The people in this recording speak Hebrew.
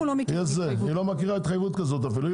אנחנו לא מכירים התחייבות כזו.